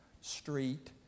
Street